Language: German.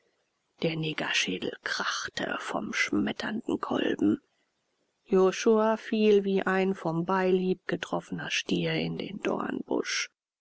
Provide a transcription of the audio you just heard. der negerschädel krachte vom schmetternden kolben josua fiel wie ein vom beilhieb getroffener stier in den dornbusch